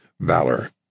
Valor